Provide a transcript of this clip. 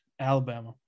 Alabama